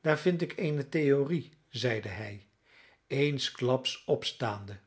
daar vind ik eene theorie zeide hij eensklaps opstaande